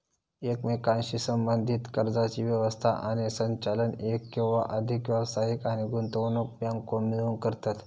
एकमेकांशी संबद्धीत कर्जाची व्यवस्था आणि संचालन एक किंवा अधिक व्यावसायिक आणि गुंतवणूक बँको मिळून करतत